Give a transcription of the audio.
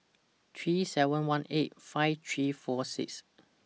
three seven one eight five three four six